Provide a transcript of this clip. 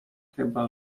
chyba